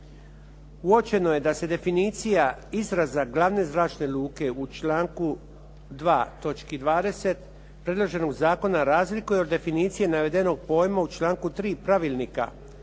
uočeno je da se definicija izraza glavne zračne luke u članku 2. točki 20. predloženog zakona razlikuje od definicije navedenog pojma u članku 3. Pravilnika